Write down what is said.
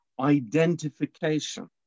identification